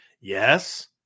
Yes